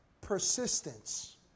persistence